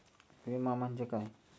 विमा म्हणजे काय?